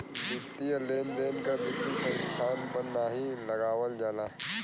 वित्तीय लेन देन कर वित्तीय संस्थान पर नाहीं लगावल जाला